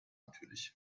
natürlich